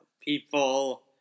people